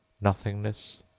Nothingness